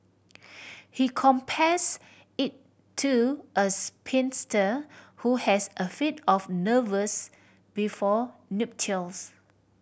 he compares it to a spinster who has a fit of nerves before nuptials